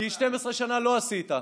כי 12 שנה לא עשית.